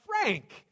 Frank